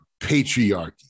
patriarchy